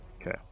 Okay